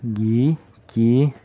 ꯒꯤꯀꯤ